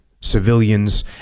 civilians